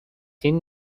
این